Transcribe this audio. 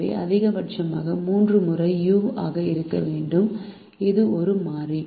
எனவே அதிகபட்சமாக 3 முறை u ஆக இருக்க வேண்டும் இது ஒரு மாறி